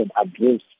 address